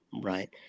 Right